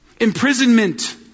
Imprisonment